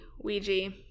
Ouija